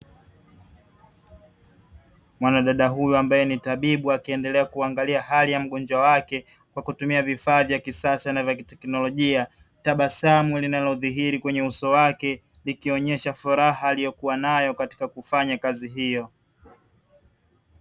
Mwanadada huyu ambaye ni tabibu akiendelea kuangalia hali ya mgonjwa wake kwa kutumia vifaa vya kisasa na vya teknolojia, tabasamu linalodhihiri kwenye uso wake likionyesha furaha aliyokuwa nayo katika kufanya kazi hiyo.